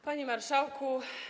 Panie Marszałku!